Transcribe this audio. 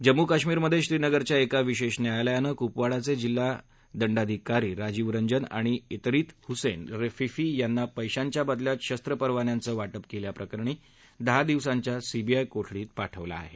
जम्मू कश्मीरमध्ये श्रीनगरच्या एका विशेष न्यायालयानं कुपवाडाये जिल्हा दंडाधिकारी राजीव रंजन आणि त्रिरत हुसेन रफिकी यांना पक्षीच्या बदल्यात शस्त्र परवान्यांचं वाटप केल्याप्रकरणी दहा दिवसांच्या सीबीआय कोठडीत पाठवलं आहे